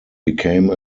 became